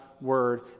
word